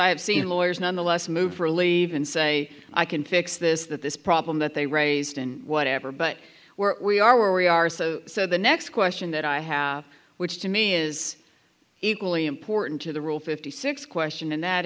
i have seen lawyers nonetheless move for a leave and say i can fix this that this problem that they raised in whatever but where we are where we are so so the next question that i have which to me is equally important to the rule fifty six question and that